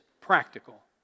practical